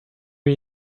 you